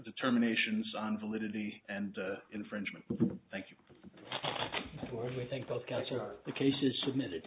determinations on validity and infringement thank you for everything both guys with the cases submitted